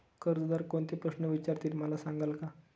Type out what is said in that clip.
कर्जदार कोणते प्रश्न विचारतील, मला सांगाल का?